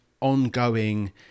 ongoing